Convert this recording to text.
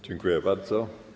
Dziękuję bardzo.